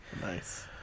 Nice